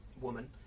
woman